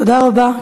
תודה רבה.